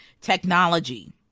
Technology